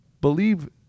Believe